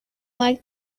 like